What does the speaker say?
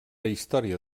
història